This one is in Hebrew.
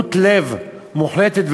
שרירות לב מוחלטת,